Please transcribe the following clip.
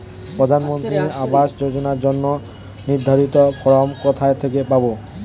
প্রধানমন্ত্রী আবাস যোজনার জন্য নির্ধারিত ফরম কোথা থেকে পাব?